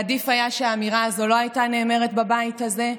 עדיף היה שהאמירה הזאת לא הייתה נאמרת בבית הזה.